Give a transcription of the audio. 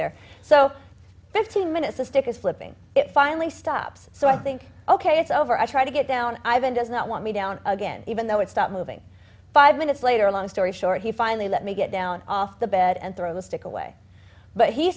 there so fifteen minutes the stick is slipping it finally stops so i think ok it's over i try to get down i've been does not want me down again even though it stopped moving five minutes later a long story short he finally let me get down off the bed and throw the stick away but he